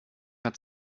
hat